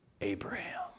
Abraham